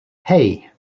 hey